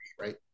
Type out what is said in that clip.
right